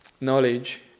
knowledge